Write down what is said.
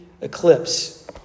eclipse